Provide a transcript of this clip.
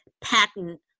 patent